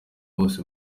bose